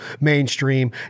mainstream